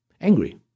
angry